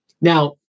Now